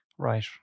Right